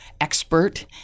expert